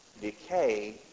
decay